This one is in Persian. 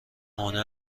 هنر